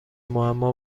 معما